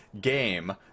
game